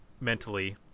mentally